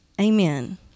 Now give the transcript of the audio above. Amen